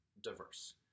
Diverse